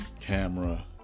camera